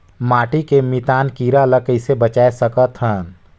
माटी के मितान कीरा ल कइसे बचाय सकत हन?